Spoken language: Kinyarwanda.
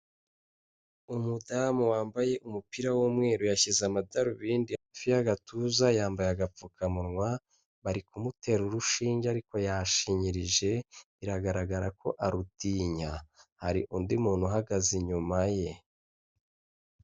Umudamu wambaye umupira w'umweru, yashyize amadarubindi hafi y'agatuza, yambaye agapfukamunwa, bari kumutera urushinge ariko yashinyirije biragaragara ko arutinya. Hari undi muntu uhagaze inyuma ye.